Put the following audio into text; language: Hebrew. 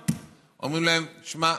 ואומרים להם: תשמעו,